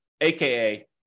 aka